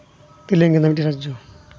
ᱛᱮᱞᱮᱝᱜᱟᱱᱟ ᱢᱤᱫᱴᱟᱝ ᱨᱟᱡᱽᱡᱚ